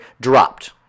dropped